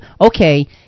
okay